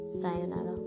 sayonara